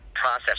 Process